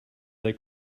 they